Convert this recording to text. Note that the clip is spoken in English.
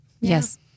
yes